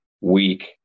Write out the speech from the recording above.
weak